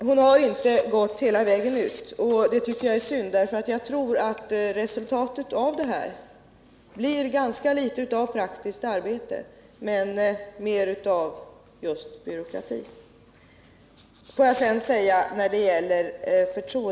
Hon har inte gått hela vägen ut, och det tycker jag är synd; jag tror att resultatet av det här blir ganska litet av praktiskt arbete men mer av just byråkrati.